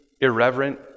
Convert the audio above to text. irreverent